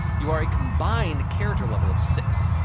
you are a combined character level of six.